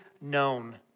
known